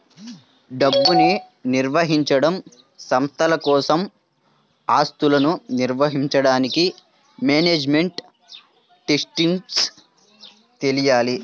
డబ్బుని నిర్వహించడం, సంస్థల కోసం ఆస్తులను నిర్వహించడానికి మేనేజ్మెంట్ టెక్నిక్స్ తెలియాలి